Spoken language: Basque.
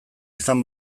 izan